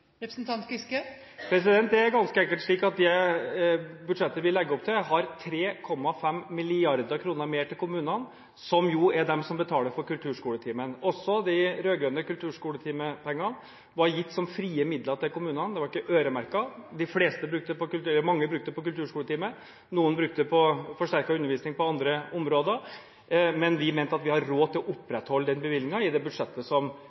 Det er ganske enkelt slik at det budsjettet vi legger opp til, har 3,5 mrd. kr mer til kommunene, som jo er de som betaler for kulturskoletimen. Også de rød-grønne kulturskoletimepengene var gitt som frie midler til kommunene, de var ikke øremerket. Mange brukte dem på kulturskoletime, noen brukte dem på forsterket undervisning på andre områder, men vi mente at vi hadde råd til å opprettholde den bevilgningen i det budsjettet